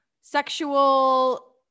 Sexual